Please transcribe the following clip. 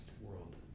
world